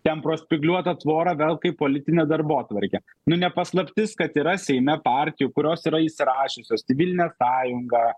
ten pro spygliuotą tvorą velka į politinę darbotvarkę nu ne paslaptis kad yra seime partijų kurios yra įsirašiusios civilinę sąjungą